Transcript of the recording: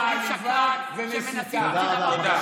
מעליבה ומסיתה.